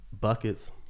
buckets